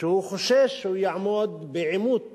שהוא חושש שהוא יעמוד בעימות